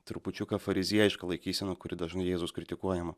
trupučiuką fariziejiška laikysena kuri dažnai jėzaus kritikuojama